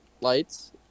lights